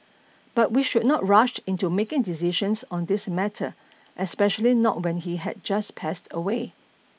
but we should not rush into making decisions on this matter especially not when he had just passed away